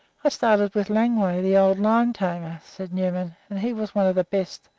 i started with langway, the old lion-tamer, said newman, and he was one of the best.